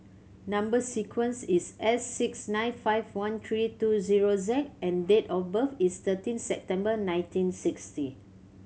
number sequence is S six nine five one three two zero Z and date of birth is thirteen September nineteen sixty